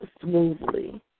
smoothly